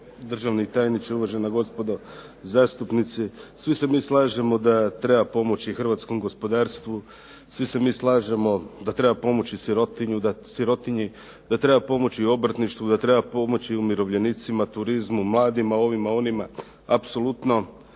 državni tajniče, uvažena gospodo zastupnici. Svi se mi slažemo da treba pomoći hrvatskom gospodarstvu, svi se mi slažemo da treba pomoći sirotinji, da treba pomoći obrtništvu, da treba pomoći umirovljenicima, turizmu, mladima, ovima, onima. Apsolutno.